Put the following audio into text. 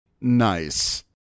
Nice